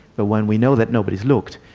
but when we know that nobody has looked,